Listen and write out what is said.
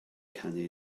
canu